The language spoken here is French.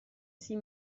six